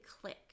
click